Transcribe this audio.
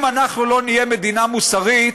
אם אנחנו לא נהיה מדינה מוסרית,